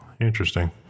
interesting